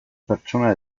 pertsona